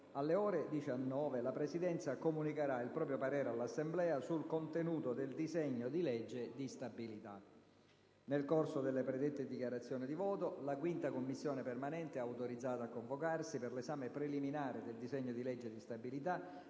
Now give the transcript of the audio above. alle ore 19 la Presidenza comunicherà il proprio parere all'Assemblea sul contenuto del disegno di legge di stabilità. Nel corso delle predette dichiarazioni di voto, la 5a Commissione permanente è autorizzata a convocarsi per l'esame preliminare del disegno di legge di stabilità,